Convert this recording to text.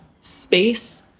space